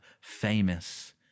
famous